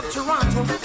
Toronto